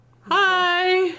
hi